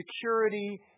security